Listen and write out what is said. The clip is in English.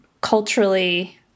culturally